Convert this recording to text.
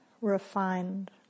refined